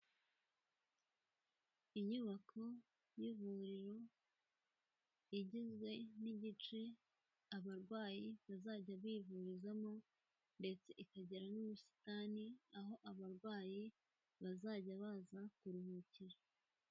Inyubako y'ivuriro igizwe n'igice abarwayi bazajya bivurizamo ndetse ikagira n'ubusitani aho abarwayi bazajya baza kuruhukira.